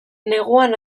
neguan